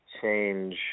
change